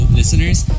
listeners